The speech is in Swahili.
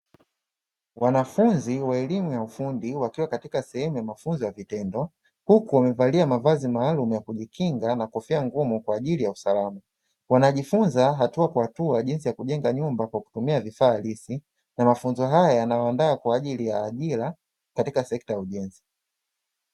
Wanafunzi wa elimu ya ufundi wakiwa katika sehemu ya mafunzo ya vitendo, huku wamevalia mavazi maalumu ya kujikinga pamoja na kofia ngumu kwa ajili ya usalama. Wanajifunza hatua kwa hatua jinsi ya kujenga nyumba kwa kutumia vifaa halisi na mafunzo haya yanawaandaa kwa ajili ya ajira katika sekta ya ujenzi.